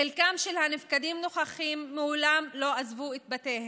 חלק מהנפקדים נוכחים ומעולם לא עזבו את בתיהם,